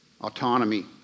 autonomy